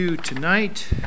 tonight